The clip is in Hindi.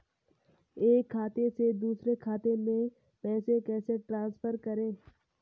एक खाते से दूसरे खाते में पैसे कैसे ट्रांसफर करें?